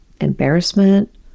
embarrassment